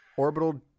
Orbital